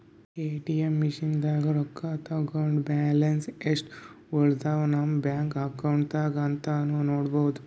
ATM ಮಷಿನ್ದಾಗ್ ರೊಕ್ಕ ತಕ್ಕೊಂಡ್ ಬ್ಯಾಲೆನ್ಸ್ ಯೆಸ್ಟ್ ಉಳದವ್ ನಮ್ ಬ್ಯಾಂಕ್ ಅಕೌಂಟ್ದಾಗ್ ಅಂತಾನೂ ನೋಡ್ಬಹುದ್